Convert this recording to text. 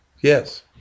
Yes